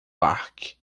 parque